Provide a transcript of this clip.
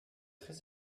très